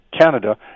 Canada